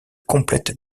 complètes